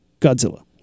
Godzilla